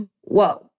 whoa